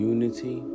Unity